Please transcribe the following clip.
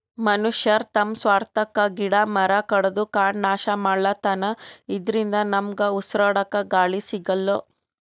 ಮನಶ್ಯಾರ್ ತಮ್ಮ್ ಸ್ವಾರ್ಥಕ್ಕಾ ಗಿಡ ಮರ ಕಡದು ಕಾಡ್ ನಾಶ್ ಮಾಡ್ಲತನ್ ಇದರಿಂದ ನಮ್ಗ್ ಉಸ್ರಾಡಕ್ಕ್ ಗಾಳಿ ಸಿಗಲ್ಲ್